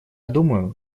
думаю